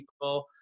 people